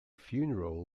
funeral